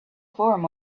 form